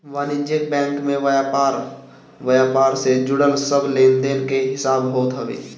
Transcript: वाणिज्यिक बैंक में व्यापार व्यापार से जुड़ल सब लेनदेन के हिसाब होत हवे